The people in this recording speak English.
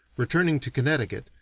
returning to connecticut,